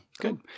good